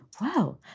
wow